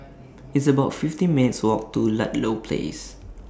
It's about fifty minutes' Walk to Ludlow Place